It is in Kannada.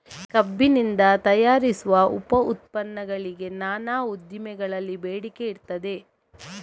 ಕಬ್ಬಿನಿಂದ ತಯಾರಿಸುವ ಉಪ ಉತ್ಪನ್ನಗಳಿಗೆ ನಾನಾ ಉದ್ದಿಮೆಗಳಲ್ಲಿ ಬೇಡಿಕೆ ಇರ್ತದೆ